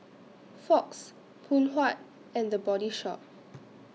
Fox Phoon Huat and The Body Shop